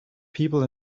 people